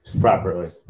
properly